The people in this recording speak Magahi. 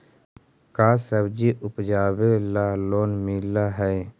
का सब्जी उपजाबेला लोन मिलै हई?